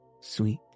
sweet